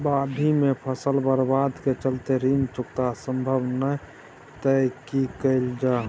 बाढि में फसल बर्बाद के चलते ऋण चुकता सम्भव नय त की कैल जा?